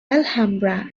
alhambra